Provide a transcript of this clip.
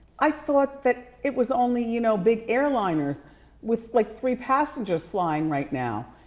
i thought that it was only, you know, big airliners with like three passengers flying right now.